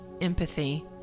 empathy